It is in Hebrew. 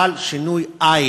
אבל שינוי, אין.